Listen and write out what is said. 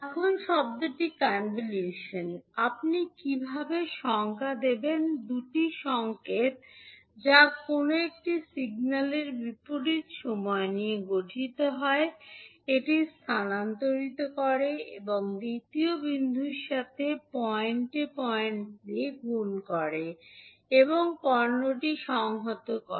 এখন শব্দটি কনভলিউশন আপনি কীভাবে সংজ্ঞা দেবেন দুটি সংকেত যা কোনও একটি সিগন্যালের বিপরীতে সময় নিয়ে গঠিত হয় এটি স্থানান্তরিত করে এবং দ্বিতীয় বিন্দুর সাথে পয়েন্টে পয়েন্ট দিয়ে গুণ করে এবং পণ্যটি সংহত করে